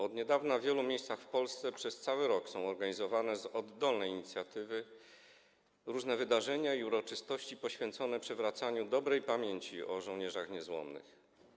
Od niedawna w wielu miejscach w Polsce przez cały rok są organizowane z oddolnej inicjatywy różne wydarzenia i uroczystości poświęcone przywracaniu dobrej pamięci o żołnierzach niezłomnych.